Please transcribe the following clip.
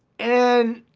and